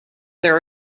their